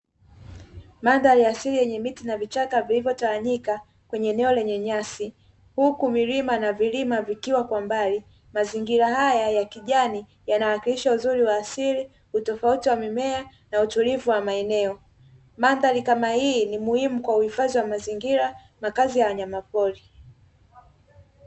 Madhari ya asili yenye miti na vichaka vilivyotawanyika kwenye eneo lenye nyasi huku milima na vilima vikiwa kwa mbali mazingira haya ya kijani yanawakilisha uzuri wa asili utofauti wa mimea na utulivu wa maeneo. Mandhari kama hii ni muhimu kwa uhifadhi wa mazingira makazi ya wanyamapori.